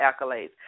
accolades